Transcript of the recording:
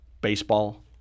baseball